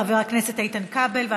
תודה רבה לחבר הכנסת איתן כבל.